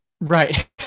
right